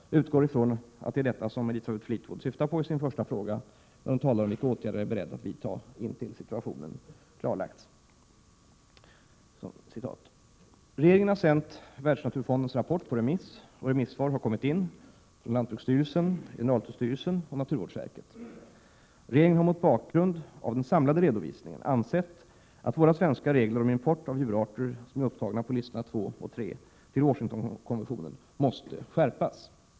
Jag utgår från att det är detta som Elisabeth Fleetwood syftar på i sin första fråga när hon talar om vilka åtgärder jag är beredd att vidta ”intill situationen klarlagts”. Regeringen har sänt Världsnaturfondens rapport på remiss, och remissvar har kommit in från lantbruksstyrelsen, generaltullstyrelsen och naturvårdsverket. Regeringen har mot bakgrund av den samlade redovisningen ansett att våra svenska regler om import av djurarter som är upptagna på listorna II och III till Washingtonkonventionen måste skärpas.